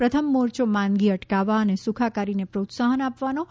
પ્રથમ મોરચો માંદગી અટકાવવા અને સુખાકારીને પ્રોત્સાહન આપવાનો છે